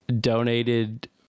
donated